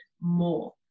more